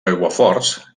aiguaforts